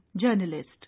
journalist